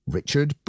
Richard